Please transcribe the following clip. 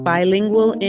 Bilingual